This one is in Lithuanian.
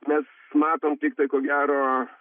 mes matom tiktai ko gero